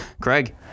Craig